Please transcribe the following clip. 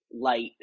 light